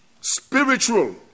spiritual